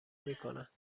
میکنند